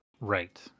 Right